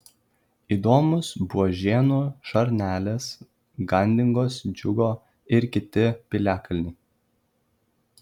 įdomūs buožėnų šarnelės gandingos džiugo ir kiti piliakalniai